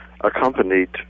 accompanied